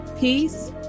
peace